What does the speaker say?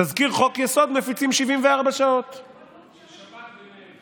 תזכיר חוק-יסוד מפיצים 74 שעות, שבת ביניהם.